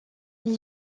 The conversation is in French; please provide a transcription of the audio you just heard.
les